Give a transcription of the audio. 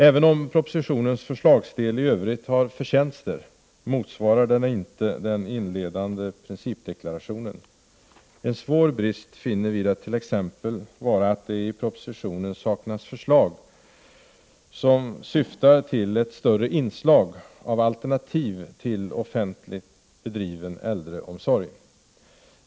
Även om propositionens förslagsdel i övrigt har förtjänster, motsvarar den inte den inledande principdeklarationen. En svår brist finner vi det t.ex. vara att det i propositionen saknas förslag, som syftar till ett större inslag av alternativ till offentligt bedriven äldreomsorg.